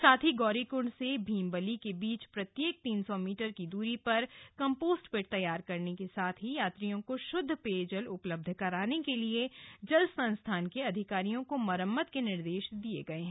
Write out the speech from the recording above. साथ ही गौरीकुंड से भीमंबली के बीच प्रत्येक तीन सौ मीटर की दूरी पर कम्पोस्ट पिट तैयार करने के साथ ही यात्रियों को शुद्ध पेयजल उपलब्ध कराने के लिए जल संस्थान के अधिकारियों को मरम्मत के निर्देश दिए हैं